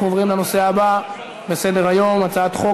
אנחנו עוברים לנושא הבא בסדר-היום: הצעת חוק